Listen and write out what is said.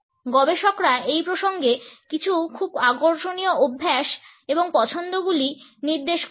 গবেষকরা এই প্রসঙ্গে কিছু খুব আকর্ষণীয় অভ্যাস এবং পছন্দগুলি নির্দেশ করেছেন